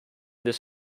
this